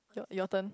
your your turn